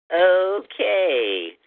Okay